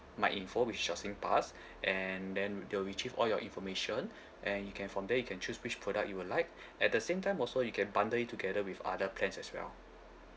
my info which is your SingPass and then it will retrieve all your information and you can from there you can choose which product you would like at the same time also you can bundle it together with other plans as well